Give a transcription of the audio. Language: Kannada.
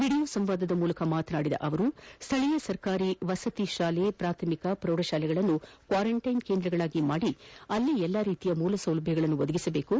ವಿಡಿಯೋ ಸಂವಾದದ ಮೂಲಕ ಮಾತನಾಡಿದ ಅವರು ಸ್ಥಳೀಯ ಸರ್ಕಾರಿ ಮಸತಿ ಶಾಲೆ ಪ್ರಾಥಮಿಕ ಪ್ರೌಢಶಾಲೆಗಳನ್ನು ಕ್ವಾರಂಟೈನ್ ಕೇಂದ್ರಗಳನ್ನಾಗಿ ಮಾಡಿ ಅಲ್ಲಿ ಎಲ್ಲಾ ರೀತಿಯ ಮೂಲ ಸೌಲಭ್ಧಗಳನ್ನು ಒದಗಿಸಬೇಕು